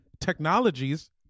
Technologies